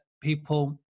people